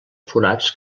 forats